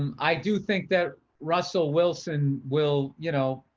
um i do think that russell wilson will, you know,